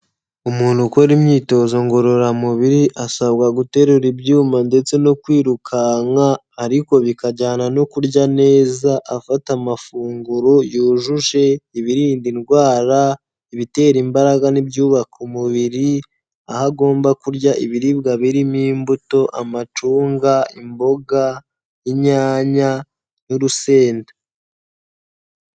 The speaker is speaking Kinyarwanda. Umuntu ukora imyitozo ngororamubiri asabwa guterura ibyuma ndetse no kwirukanka, ariko bikajyana no kurya neza, afata amafunguro yujuje ibirinda indwara, ibitera imbaraga, n'ibyubaka umubiri. Aho agomba kurya ibiribwa birimo imbuto, amacunga, imboga, inyanya, n'urusenda.